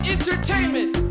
Entertainment